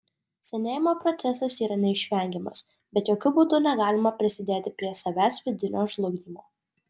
senėjimo procesas yra neišvengiamas bet jokiu būdu negalima prisidėti prie savęs vidinio žlugdymo